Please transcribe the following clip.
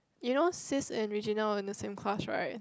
you know sis and Regina on the same class right